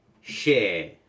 share